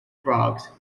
frogs